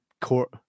court